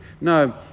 no